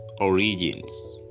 Origins